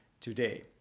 today